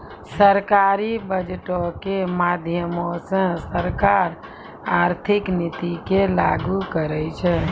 सरकारी बजटो के माध्यमो से सरकार आर्थिक नीति के लागू करै छै